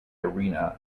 arena